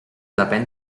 depèn